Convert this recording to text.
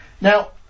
now